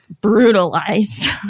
brutalized